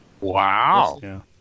Wow